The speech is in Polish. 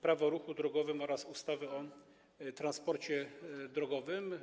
Prawo o ruchu drogowym oraz ustawy o transporcie drogowym.